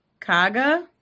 kaga